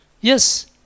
yes